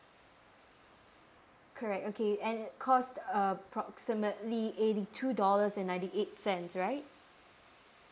correct okay and it cost uh approximately eighty two dollars and ninety eight cents right